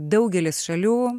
daugelis šalių